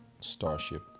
Starship